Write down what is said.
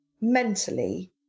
mentally